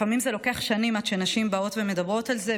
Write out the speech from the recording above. לפעמים לוקח שנים עד שנשים מדברות על זה,